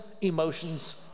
emotions